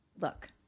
look